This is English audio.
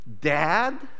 dad